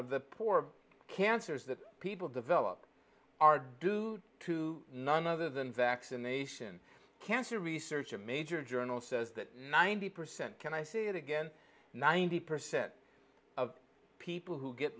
of the poor cancers that people develop are due to none other than vaccination cancer research a major journal says that ninety percent can i say it again ninety percent of people who get